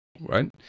Right